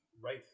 Right